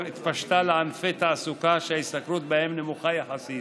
התפשטה לענפי תעסוקה שההשתכרות בהם נמוכה יחסית,